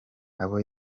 abo